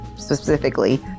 specifically